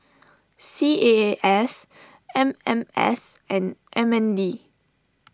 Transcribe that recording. C A A S M M S and M N D